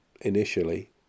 initially